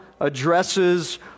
addresses